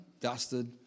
dusted